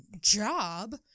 job